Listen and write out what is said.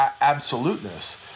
absoluteness